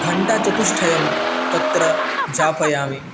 घण्टाचतुष्टयं तत्र यापयामि